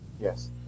yes